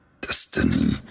destiny